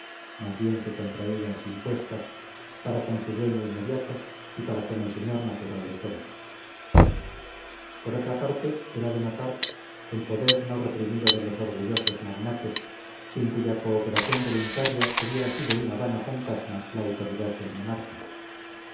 doblemente súbdito tenía dobles obligaciones más bien que contraídas impuestas para con su dueño inmediato y para con el señor natural de todos por otra parte era de notar el poder no reprimido de los orgullosos magnates sin cuya cooperación voluntaria hubiera sido una vana fantasma la autoridad del monarca